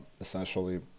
essentially